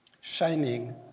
shining